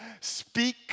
speak